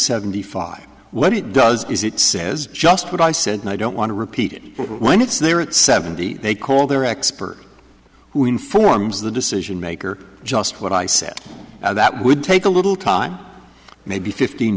seventy five what it does is it says just what i said and i don't want to repeat it when it's there at seventy they call their expert who informs the decision maker just what i said that would take a little time maybe fifteen